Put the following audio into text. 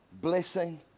blessing